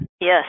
Yes